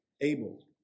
Abel